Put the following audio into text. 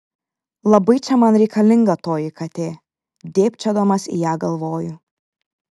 labai čia man reikalinga toji katė dėbčiodamas į ją galvoju